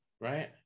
right